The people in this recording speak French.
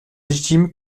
légitime